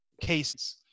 cases